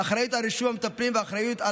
אחריות על רישום המטפלים ואחריות על